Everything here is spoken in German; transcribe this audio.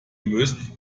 müsst